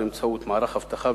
באמצעות מערך אבטחה,